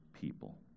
people